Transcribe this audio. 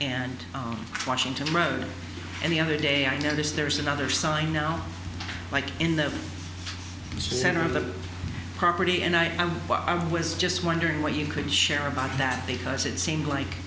and washington road and the other day i noticed there is another sign now like in the center of the property and i was just wondering what you could share about that because it seemed like